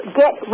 get